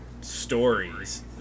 stories